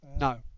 no